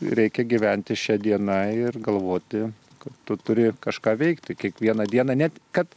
reikia gyventi šia diena ir galvoti kad tu turi kažką veikti kiekvieną dieną net kad